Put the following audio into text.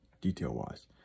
detail-wise